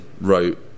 wrote